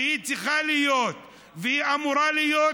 והיא צריכה להיות והיא אמורה להיות,